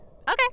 Okay